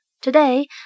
Today